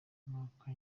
nuko